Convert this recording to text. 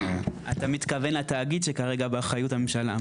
אתה מתכוון לתאגיד שכרגע באחריות הממשלה,